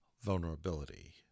vulnerability